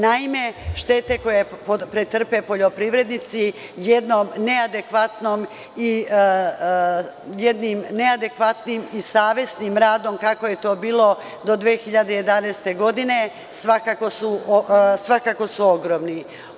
Naime, štete koje pretrpe poljoprivrednici, jednim neadekvatnim i savesnim radom, kako je to bilo do 2011. godine, svakako su ogromne.